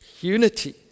Unity